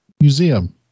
museum